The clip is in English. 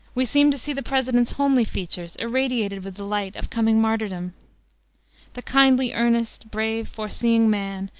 we seem to see the president's homely features irradiated with the light of coming martyrdom the kindly-earnest, brave, foreseeing man,